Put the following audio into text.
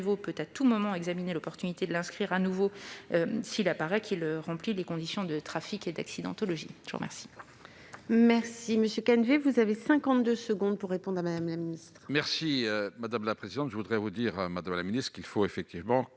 peut à tout moment examiner l'opportunité d'y inscrire de nouveau ce passage s'il apparaît qu'il remplit les conditions de trafic et d'accidentologie. La parole